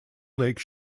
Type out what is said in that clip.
lake